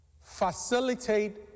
facilitate